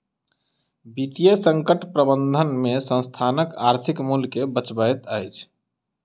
वित्तीय संकट प्रबंधन में संस्थानक आर्थिक मूल्य के बचबैत अछि